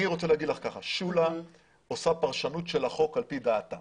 אני רוצה לומר לך ששולה עושה פרשנות של החוק על פי דעתה